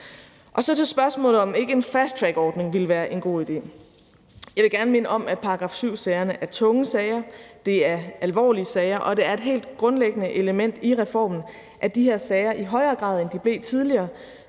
Og så til spørgsmålet om, om ikke en fasttrackordning ville være en god idé. Jeg vil gerne minde om, at § 7-sagerne er tunge sager. Det er alvorlige sager, og det er et helt grundlæggende element i reformen, at de her sager i højere grad, end de blev tidligere,